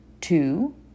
Two